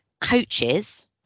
coaches